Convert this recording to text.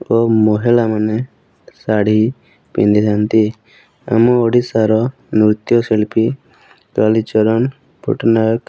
ଓ ମହିଳାମାନେ ଶାଢ଼ୀ ପିନ୍ଧିଥାନ୍ତି ଆମ ଓଡ଼ିଶାର ନୃତ୍ୟଶିଳ୍ପୀ କାଳିଚରଣ ପଟ୍ଟନାୟକ